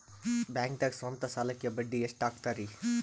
ಬ್ಯಾಂಕ್ದಾಗ ಸ್ವಂತ ಸಾಲಕ್ಕೆ ಬಡ್ಡಿ ಎಷ್ಟ್ ಹಕ್ತಾರಿ?